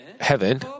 Heaven